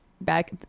back